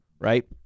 right